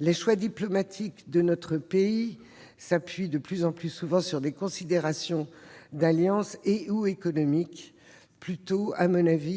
Les choix diplomatiques de notre pays s'appuient de plus en plus souvent sur des considérations d'alliance et/ou économiques, plutôt